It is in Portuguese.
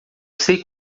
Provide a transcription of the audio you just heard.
sei